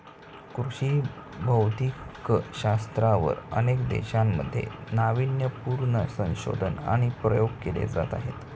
कृषी भौतिकशास्त्रावर अनेक देशांमध्ये नावीन्यपूर्ण संशोधन आणि प्रयोग केले जात आहेत